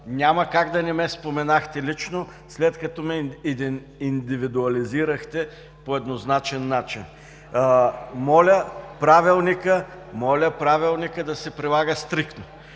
няма как да не ме споменахте лично, след като ме индивидуализирахте по еднозначен начин. Моля Правилникът да се прилага стриктно.